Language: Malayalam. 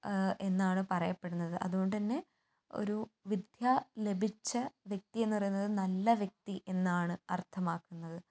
എന്നാണ് പറയപ്പെടുന്നത് അതുകൊണ്ട് തന്നെ ഒരു വിദ്യ ലഭിച്ച വ്യക്തി എന്ന് പറയുന്നത് നല്ല വ്യക്തി എന്നാണ് അർഥമാക്കുന്നത്